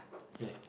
ya